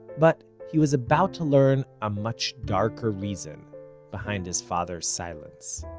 but he was about to learn a much darker reason behind his father's silence.